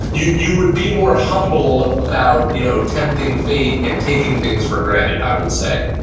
you you would be more humble about you know tempting faith and taking things for granted, i would say.